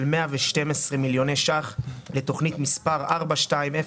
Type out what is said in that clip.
14:42. (הישיבה נפסקה בשעה 14:37 ונתחדשה בשעה 14:42.)